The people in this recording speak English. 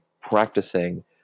practicing